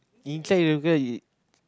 inside the car is